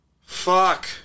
Fuck